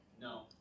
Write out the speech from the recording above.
No